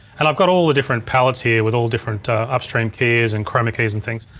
and i've got all the different palettes here with all different upstream keys and chroma keys and things.